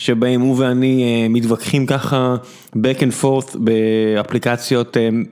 שבהם הוא ואני מתווכחים ככה back and forth באפליקציות.